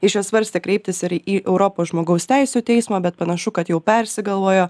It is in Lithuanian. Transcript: jis čia svarstė kreiptis ir į europos žmogaus teisių teismą bet panašu kad jau persigalvojo